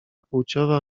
płciowa